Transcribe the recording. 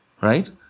right